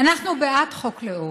אנחנו בעד חוק לאום.